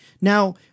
Now